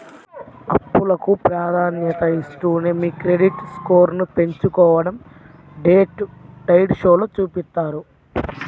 అప్పులకు ప్రాధాన్యతనిస్తూనే మీ క్రెడిట్ స్కోర్ను పెంచుకోడం డెట్ డైట్ షోలో చూపిత్తారు